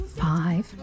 five